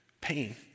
pain